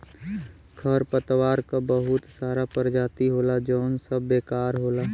खरपतवार क बहुत सारा परजाती होला जौन सब बेकार होला